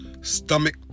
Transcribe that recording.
Stomach